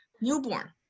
newborn